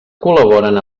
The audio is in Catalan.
col·laboren